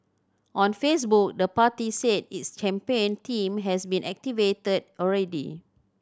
on Facebook the party said its campaign team has been activated already